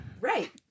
Right